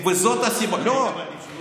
וזאת הסיבה, היית מעדיף שלא נהיה כאן.